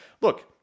look